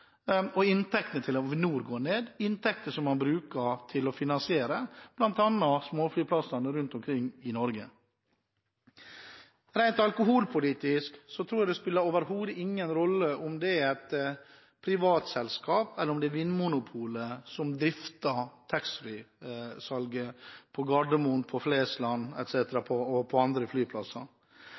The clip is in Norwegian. og inntektene til Avinor går ned – inntekter som man bruker til å finansiere bl.a. småflyplassene rundt omkring i Norge. Jeg tror at rent alkoholpolitisk spiller det overhodet ingen rolle om det er et privat selskap eller om det er Vinmonopolet som drifter taxfree-salget på Gardermoen, på Flesland og på andre flyplasser.